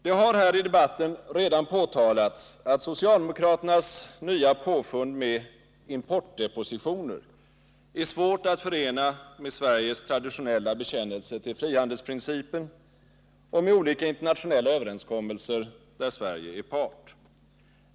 Det har här i debatten redan påtalats att socialdemokraternas nya påfund med importdepositioner är svårt att förena med Sveriges traditionella bekännelse till frihandelsprincipen och med olika internationella överenskommelser där Sverige är part.